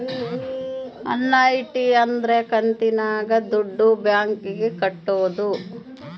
annuity ಅಂದ್ರ ಕಂತಿನಾಗ ದುಡ್ಡು ಬ್ಯಾಂಕ್ ಗೆ ಕಟ್ಟೋದು